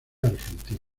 argentina